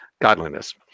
godliness